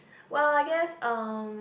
well I guess uh